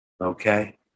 okay